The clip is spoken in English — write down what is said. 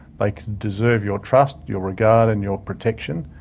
like deserve your trust, your regard and your protection,